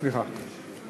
סליחה.